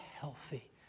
healthy